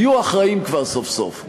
תהיו אחראיים כבר סוף-סוף,